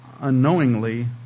unknowingly